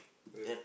yes